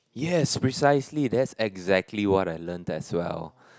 yes precisely that's exactly what I learn as well